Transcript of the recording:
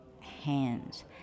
hands